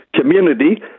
Community